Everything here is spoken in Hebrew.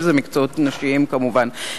כל אלה מקצועות נשיים, כמובן.